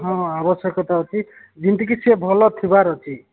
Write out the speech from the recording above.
ହଁ ଆବଶ୍ୟକତା ଅଛି ଯେମିତି କିି ସିଏ ଭଲ ଥିବାର ଅଛି